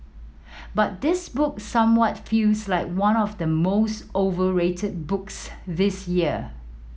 but this book somewhat feels like one of the most overrated books this year